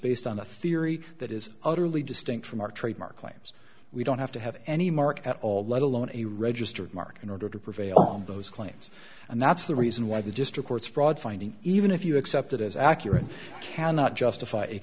based on a theory that is utterly distinct from our trademark claims we don't have to have any mark at all let alone a registered mark in order to prevail all those claims and that's the reason why the just reports fraud finding even if you accept it as accurate cannot justify